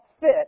fit